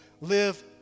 live